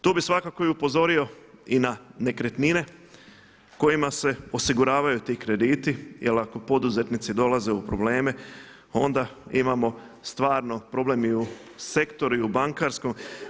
Tu bih svakako i upozorio i na nekretnine kojima se osiguravaju ti krediti, jer ako poduzetnici dolaze u probleme onda imamo stvarno problem i u sektoru i u bankarskom.